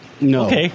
no